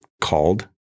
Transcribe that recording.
called